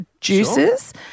juices